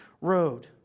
road